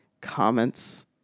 comments